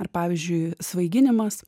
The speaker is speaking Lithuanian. ar pavyzdžiui svaiginimas